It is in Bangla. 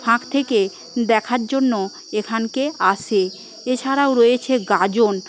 ফাঁক থেকে দেখার জন্য এখানে আসে এছাড়াও রয়েছে গাজন